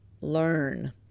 learn